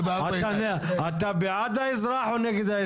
אתה בעד האזרח או נגד האזרח?